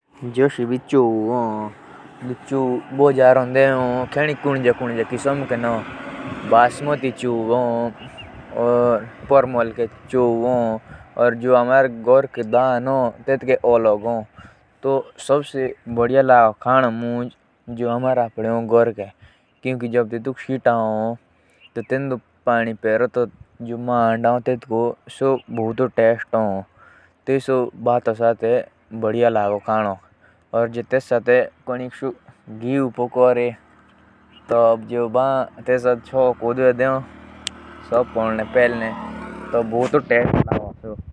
जो चऊ हो से बोरी प्रकार के हो। जोसे मोटे चऊ बासमती चऊ और भी कोटी ही प्रकार के हो। तो चावल का ज्यादा सेवन दाल के साथ करो।